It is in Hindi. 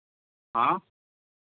हाँ